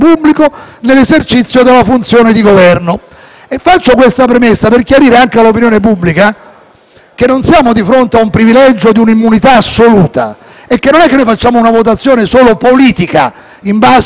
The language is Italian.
che non siamo di fronte al privilegio di un'immunità assoluta e che non facciamo una votazione solo politica, in base ad appartenenze; c'è una valutazione anche di ordine giuridico, come la relazione motiva